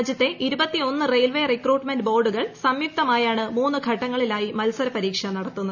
രാജ്യത്തെ railway recruitment ബോർഡുകൾ സംയുക്തമായാണ് മൂന്ന് ഘട്ടങ്ങളിലായി മർസ്രപ്പരീക്ഷ നടത്തുന്നത്